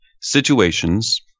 situations